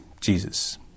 Jesus